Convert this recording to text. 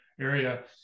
area